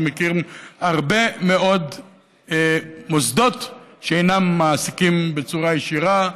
אנחנו מכירים הרבה מאוד מוסדות שאינם מעסיקים בצורה ישירה,